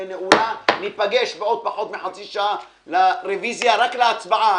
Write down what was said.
ניפגש בעוד פחות מחצי שעה לרביזיה, רק להצבעה.